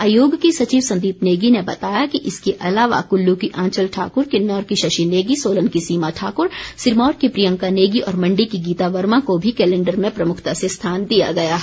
आयोग के सचिव संदीप नेगी ने बताया कि इसके अलावा कुल्लू की आंचल ठाकूर किन्नौर की शशि नेगी सोलन की सीमा ठाकुर सिरमौर की प्रियंका नेगी और मण्डी की गीता वर्मा को भी कैलेंडर में प्रमुखता से स्थान दिया गया है